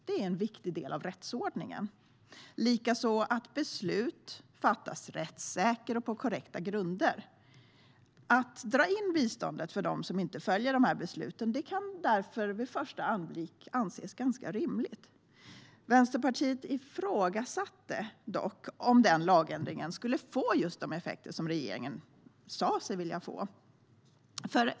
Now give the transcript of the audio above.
Det är en viktig del av rättsordningen, likaså att beslut fattas rättssäkert och på korrekta grunder. Att dra in biståndet för dem som inte följer dessa beslut kan därför vid en första anblick anses rimligt. Vänsterpartiet ifrågasatte dock om denna lagändring skulle få de effekter som regeringen sa sig vilja få.